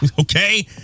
Okay